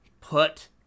put